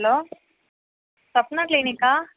hello Swapna క్లినికా